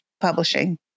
publishing